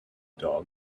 dog